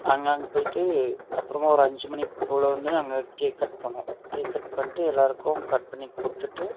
நாங்கள் அங்கே போய்ட்டு அப்புறமா ஒரு அஞ்சு மணிக்கு போல் வந்துட்டு கேக் கட் பண்ணோம் கேக் கட் பண்ணிகிட்டு எல்லாருக்கும் கட் பண்ணி கொடுத்துட்டு